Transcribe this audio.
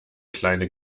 kleine